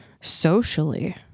socially